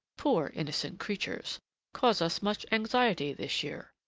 poor innocent creatures cause us much anxiety this year.